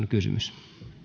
kysymys